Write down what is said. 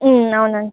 అవునండి